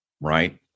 right